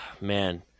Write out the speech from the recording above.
man